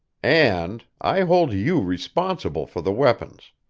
and i hold you responsible for the weapons.